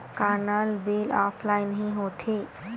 का नल bill offline हि होथे?